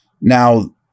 Now